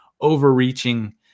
overreaching